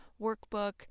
workbook